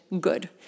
good